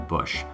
Bush